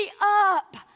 up